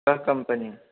का कम्पनी